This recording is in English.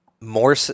more